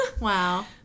Wow